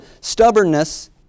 stubbornness